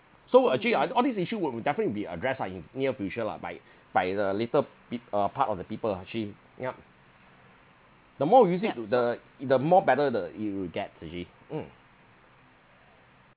so actually uh all these issue will be definitely will be addressed ah in near future lah by by the later peo~ uh part of the people actually yup the more we use it to the the more better the it will get actually mm